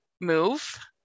move